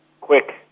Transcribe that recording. quick